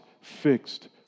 fixed